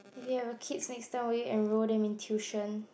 if you have a kids next time will you enroll them in tuition